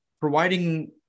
providing